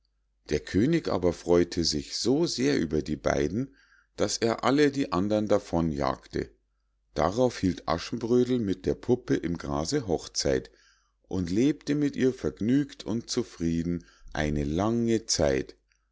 der könig aber freu'te sich so sehr über die beiden daß er alle die andern davon jagte darauf hielt aschenbrödel mit der puppe im grase hochzeit und lebte mit ihr vergnügt und zufrieden eine lange lange zeit